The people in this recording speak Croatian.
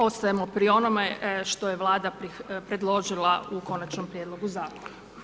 Ostajemo pri onome što je Vlada predložila u konačnom prijedlogu Zakona.